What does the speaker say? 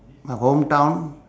my hometown